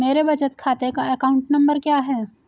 मेरे बचत खाते का अकाउंट नंबर क्या है?